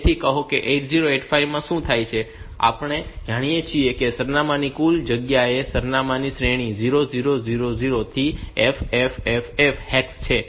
તેથી કહો કે 8085 માં શું થાય છે કે આપણે જાણીએ છીએ કે સરનામાની કુલ જગ્યા એ સરનામાની શ્રેણી 0000 થી FFFF હેક્સ છે